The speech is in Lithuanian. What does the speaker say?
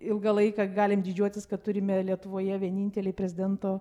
ilgą laiką galim didžiuotis kad turime lietuvoje vienintelį prezidento